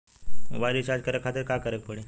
Mobile recharge करे खातिर का करे के पड़ी?